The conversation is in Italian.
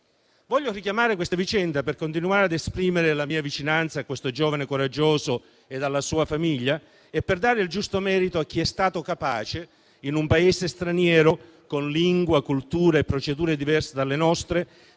Voglio richiamare questa vicenda per continuare ad esprimere la mia vicinanza a questo giovane coraggioso e alla sua famiglia e per dare il giusto merito a chi è stato capace, in un Paese straniero, con lingua, cultura e procedure diverse dalle nostre,